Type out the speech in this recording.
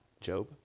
Job